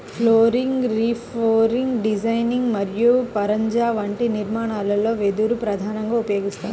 flooring, roofing designing మరియు పరంజా వంటి నిర్మాణాలలో వెదురు ప్రధానంగా ఉపయోగిస్తారు